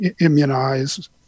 immunize